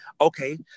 Okay